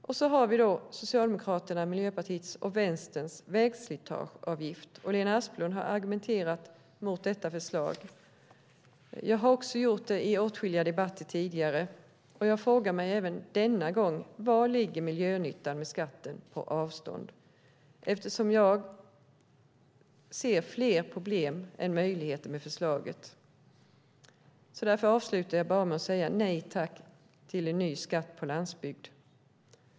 Och så har vi då Socialdemokraternas, Miljöpartiets och Vänsterns vägslitageavgift. Lena Asplund har argumenterat mot detta förslag, och även jag har gjort det i åtskilliga debatter tidigare. Jag frågar mig även denna gång: Vari ligger miljönyttan med skatten på avstånd? Eftersom jag ser fler problem än möjligheter med förslaget avslutar jag med att säga nej tack till en ny skatt på landsbygd.